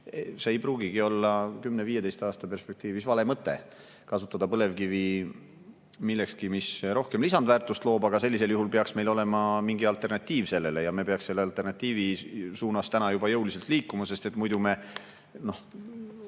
ei pruugigi olla 10–15 aasta perspektiivis vale mõte kasutada põlevkivi millekski, mis rohkem lisandväärtust loob. Aga sellisel juhul peaks meil olema mingi alternatiiv sellele ja me peaksime selle alternatiivi suunas juba täna jõuliselt liikuma, sest muidu me